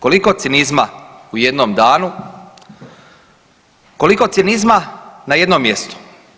Koliko cinizma u jednom danu, koliko cinizma na jednom mjestu.